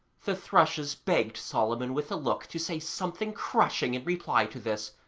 the thrushes begged solomon with a look to say something crushing in reply to this,